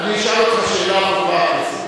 אני אשאל אותך שאלה הפוכה, חבר הכנסת.